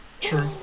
True